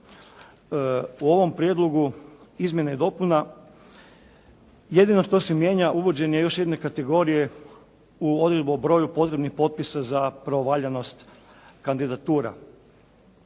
U ovom prijedlogu izmjena i dopuna jedino što se mijenja uvođenje još jedne kategorije u odredbu o broju potrebnih potpisa za pravovaljanost kandidatura.